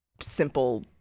simple